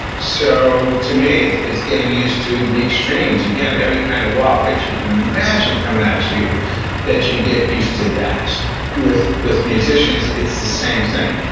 so to me, it's it's getting used to the extremes, again every kind of wild pitch you can imagine coming at you that you get used to that with with musicians, it's the same thing.